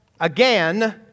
again